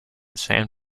san